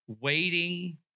waiting